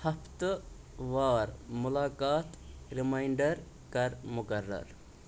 ہفتہٕ وار مُلاقات ریماینڈر کر مقرر